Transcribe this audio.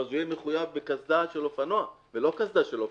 ואז יהיה מחויב בקסדת אופנוע ולא בקסדת אופניים.